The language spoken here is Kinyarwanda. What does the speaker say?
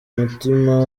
mutima